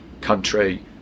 country